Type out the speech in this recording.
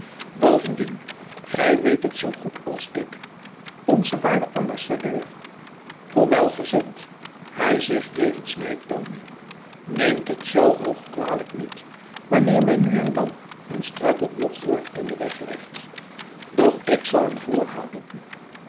bovendien gy weet het zoo goed als ik onze waarde ambassadeur hoe welgezind hy zich jegends my toone neemt het zoo hoog kwalijk niet wanneer my nu en dan een struikelblok wordt in den weg gelegd doch ik zal hem voorhouden